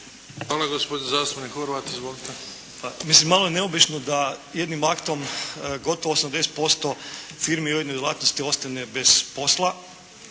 Hvala. Gospodin zastupnik Horvat. Izvolite. **Horvat, Zlatko (HNS)** Malo je neobično da jednim aktom gotovo 80% firmi u jednoj djelatnosti ostane bez posla